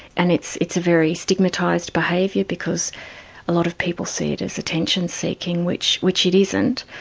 and it's it's a very stigmatised behaviour because a lot of people see it as attention-seeking, which which it isn't.